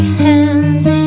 hands